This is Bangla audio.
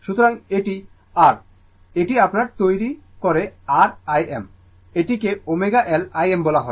সুতরাং এটি R এটি আপনার তৈরি R Im এটিকে ω L Im বলা হয়